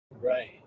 right